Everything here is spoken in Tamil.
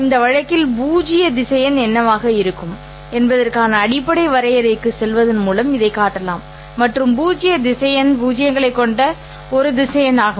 இந்த வழக்கில் பூஜ்ய திசையன் என்னவாக இருக்கும் என்பதற்கான அடிப்படை வரையறைக்குச் செல்வதன் மூலம் இதைக் காட்டலாம் மற்றும் பூஜ்ய திசையன் பூஜ்ஜியங்களைக் கொண்ட ஒரு திசையன் ஆகும்